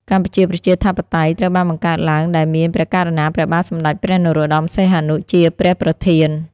កម្ពុជាប្រជាធិបតេយ្យ ត្រូវបានបង្កើតឡើង ដែល មានព្រះករុណាព្រះបាទសម្តេចព្រះនរោត្តម សីហនុ ជាព្រះប្រធាន។